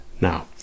now